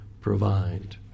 provide